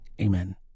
Amen